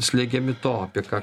slegiami to apie ką